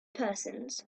persons